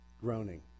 groaning